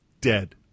dead